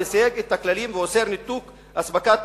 המסייג את הכללים ואוסר ניתוק של אספקת